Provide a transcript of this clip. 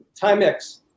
Timex